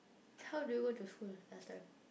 how do you go to school last time